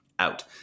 Out